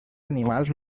animals